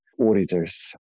auditors